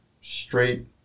straight